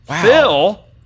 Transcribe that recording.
Phil